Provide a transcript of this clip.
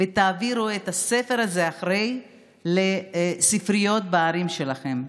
ותעבירו את הספר הזה אחרי כן לספריות בערים שלכם.